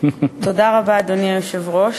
אדוני היושב-ראש,